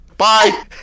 Bye